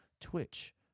Twitch